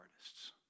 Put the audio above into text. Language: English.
artists